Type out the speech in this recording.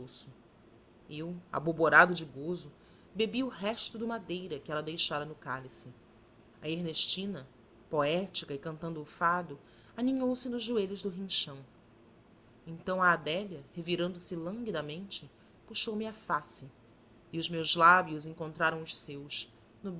pescoço eu aboborado de gozo bebi o resto do madeira que ela deixara no cálice a ernestina poética e cantando o fado aninhou se nos joelhos do rinchão então a adélia revirando se languidamente puxou me a face e os meus lábios encontraram os seus